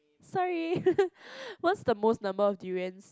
sorry what's the most number of durians